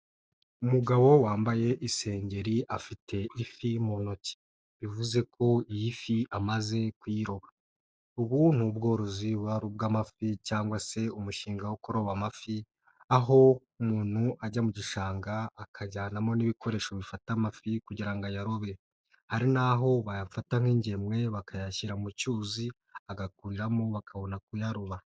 Umugabo wambaye isengeri afite ifi mu ntoki bivuze ko iyi fi amaze kuyiroba. Ubu ni ubworozi bw'amafi cyangwa se umushinga wo kuroba amafi, aho umuntu ajya mu gishanga akajyanamo n'ibikoresho bifata amafi kugira ngo ayarobe, ari naho bayafata nk'ingemwe bakayashyira mu cyuzi agakuramo bakabona kuyaroba.